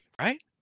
right